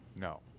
No